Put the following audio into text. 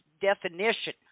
definition